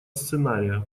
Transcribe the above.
сценария